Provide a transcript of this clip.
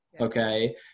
okay